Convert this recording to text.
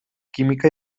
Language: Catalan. química